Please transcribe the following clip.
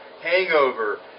Hangover